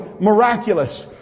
miraculous